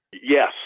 Yes